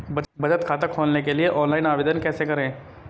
बचत खाता खोलने के लिए ऑनलाइन आवेदन कैसे करें?